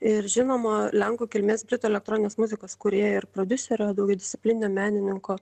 ir žinomo lenkų kilmės britų elektroninės muzikos kūrėjo ir prodiuserio disciplininio menininko